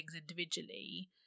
individually